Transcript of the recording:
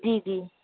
جی جی